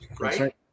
right